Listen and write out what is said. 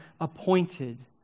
appointed